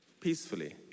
peacefully